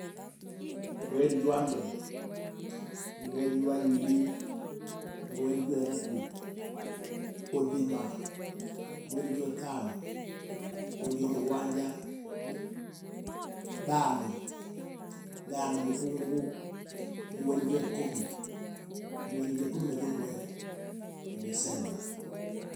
Mweri jwa mbere mweri wa iiri mweri jwa ithatu uthima mweri wa itano mweri jwa mugwanja thano thano mukunguguumweri jwa ikumi mweri jwa ikumi na jumire disemba.